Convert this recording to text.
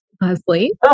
Leslie